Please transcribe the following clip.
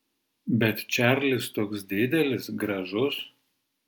bet čarlis toks didelis gražus